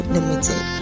Limited